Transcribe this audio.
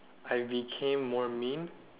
I became more mean